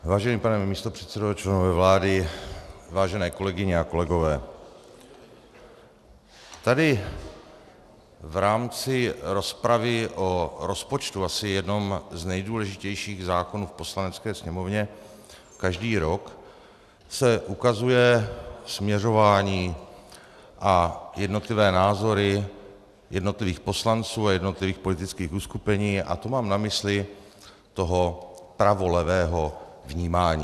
Vážený pane místopředsedo, členové vlády, vážené kolegyně a kolegové, tady v rámci rozpravy o rozpočtu, asi jednom z nejdůležitějších zákonů v Poslanecké sněmovně každý rok, se ukazují směřování a názory jednotlivých poslanců a jednotlivých politických uskupení, a to mám na mysli toho pravolevého vnímání.